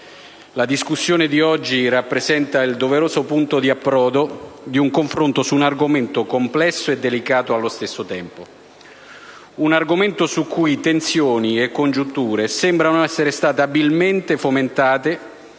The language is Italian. La discussione di oggi rappresenta il doveroso punto di approdo di un confronto su un argomento complesso e delicato allo stesso tempo. Un argomento su cui tensioni e congiunture sembrano essere state abilmente fomentate